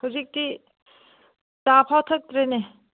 ꯍꯧꯖꯤꯛꯇꯤ ꯆꯥ ꯐꯥꯎ ꯊꯛꯇ꯭ꯔꯦꯅꯦ